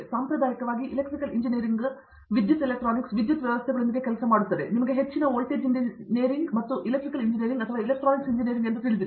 ಸಾಂಪ್ರದಾಯಿಕವಾಗಿ electrical engineering ವಿದ್ಯುತ್ electronics ವಿದ್ಯುತ್ ವ್ಯವಸ್ಥೆಗಳೊಂದಿಗೆ ಮಾಡಲು ನಿಮಗೆ ಹೆಚ್ಚಿನ ವೋಲ್ಟೇಜ್ ಇಂಜಿನಿಯರಿಂಗ್ ಮತ್ತು ಎಲೆಕ್ಟ್ರಿಕಲ್ ಇಂಜಿನಿಯರಿಂಗ್ ಅಥವಾ ಎಲೆಕ್ಟ್ರಾನಿಕ್ಸ್ ಇಂಜಿನಿಯರಿಂಗ್ ಎಂದು ತಿಳಿದಿದೆ